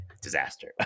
Disaster